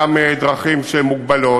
גם הדרכים מוגבלות.